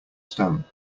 stone